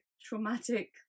traumatic